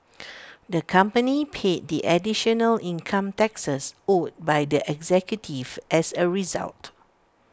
the company paid the additional income taxes owed by the executives as A result